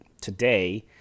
today